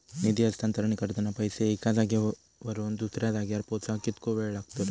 निधी हस्तांतरण करताना पैसे एक्या जाग्यावरून दुसऱ्या जाग्यार पोचाक कितको वेळ लागतलो?